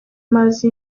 amazi